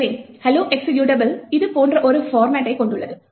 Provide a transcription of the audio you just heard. எனவே hello executable இது போன்ற ஒரு பார்மட்டை கொண்டுள்ளது